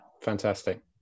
fantastic